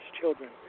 children